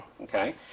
Okay